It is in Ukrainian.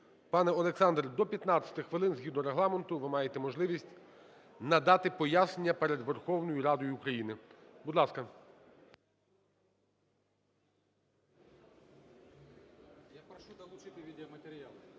Пане Олександр, до 15 хвилин, згідно Регламенту, ви маєте можливість надати пояснення перед Верховною Радою України. Будь ласка.